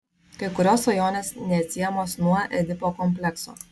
kai kurios svajonės neatsiejamos nuo edipo komplekso